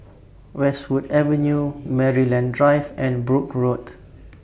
Westwood Avenue Maryland Drive and Brooke Road